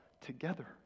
together